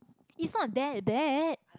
it's not that bad